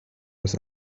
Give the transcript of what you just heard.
das